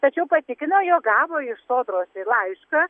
tačiau patikino jog gavo iš sodros laišką